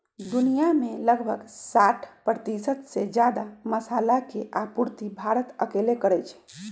दुनिया में लगभग साठ परतिशत से जादा मसाला के आपूर्ति भारत अकेले करई छई